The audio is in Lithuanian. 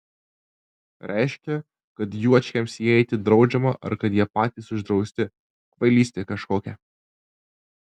reiškia kad juočkiams įeiti draudžiama ar kad jie patys uždrausti kvailystė kažkokia